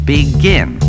Begin